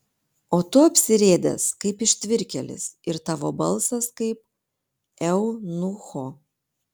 o tu apsirėdęs kaip ištvirkėlis ir tavo balsas kaip eunucho